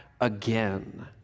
again